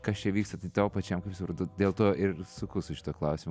kas čia vyksta tai tau pačiam kaip suprantu dėl to ir sunku su šituo klausimu